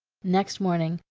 next morning,